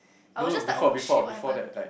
I was just like oh my shit what happen